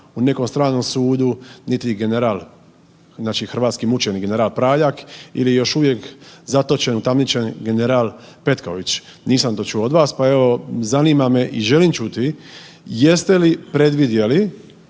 u nekom stranom sudu, niti general znači hrvatski mučenik general Praljak ili još uvijek zatočen utamničen general Petković nisam to čuo od vas, pa evo zanima me i želim čuti jeste li predvidjeli